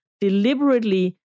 deliberately